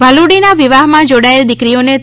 વહાલુડીના વિવાહમાં જોડાયેલ દીકરીઓને રૂ